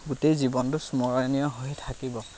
গোটেই জীৱনটো স্মৰণীয় হৈ থাকিব